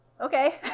Okay